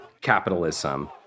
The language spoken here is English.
capitalism